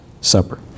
Supper